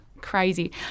crazy